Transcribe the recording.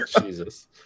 Jesus